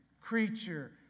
creature